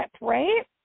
right